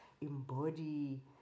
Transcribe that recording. embody